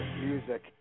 music